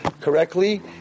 correctly